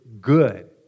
good